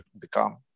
become